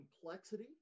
complexity